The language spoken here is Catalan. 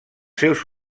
seus